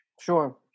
sure